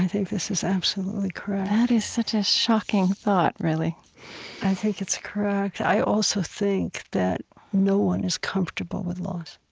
think this is absolutely correct that is such a shocking thought, really i think it's correct. i also think that no one is comfortable with loss.